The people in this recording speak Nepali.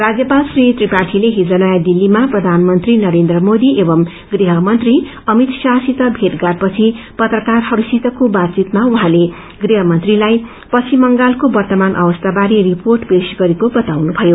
राष्यपाल श्री त्रिपाठीले हिज नयौं दिल्लीमा प्रधानमन्त्री नरेन्द्र मोदी एवं गृहमन्त्री अमित शाहसित भेटघाटपछि पत्रकारहसंसितको बातवितमा उछँले गृहमन्त्रीलाई पश्चिम बंगालको वर्तमान अवस्था बारे रिपोर्ट पेश्व गरेको बताउनु भयो